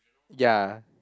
ya